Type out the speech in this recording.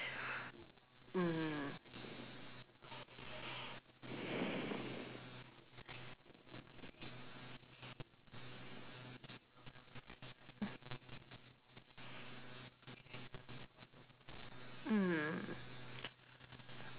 mm mm